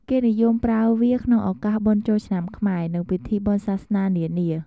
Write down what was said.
គេនិយមប្រើវាក្នុងឱកាសបុណ្យចូលឆ្នាំខ្មែរ និងពិធីបុណ្យសាសនា នានា។